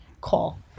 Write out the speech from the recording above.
call